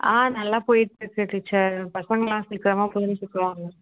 on நல்லா போயிட்டுருக்கு teacher பசங்கலாம் சீக்கரமாக புரிஞ்சிக்கிறாங்க